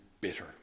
bitter